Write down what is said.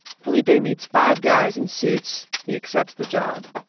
felipe meets five guys in suits. he accepts the job.